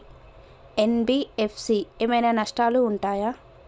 NBFC ఏమైనా నష్టాలు ఉంటయా?